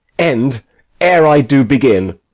end ere i do begin.